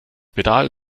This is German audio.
pedal